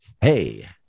Hey